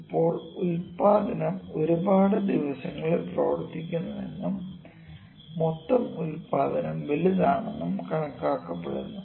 ഇപ്പോൾ ഉൽപാദനം ഒരുപാട് ദിവസങ്ങളിൽ പ്രവർത്തിക്കുന്നുവെന്നും മൊത്തം ഉൽപാദനം വലുതാണെന്നും കണക്കാക്കപ്പെടുന്നു